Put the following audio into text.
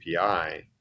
API